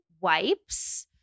wipes